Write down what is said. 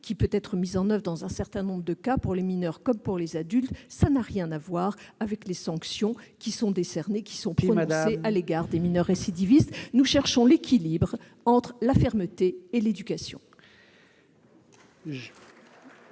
qui peut être mis en oeuvre dans un certain nombre de cas, pour les mineurs comme pour les adultes. Cela n'a rien à voir avec les sanctions qui sont prononcées à l'égard des mineurs récidivistes ... Il faut conclure ! Nous cherchons l'équilibre entre la fermeté et l'éducation.